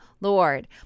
Lord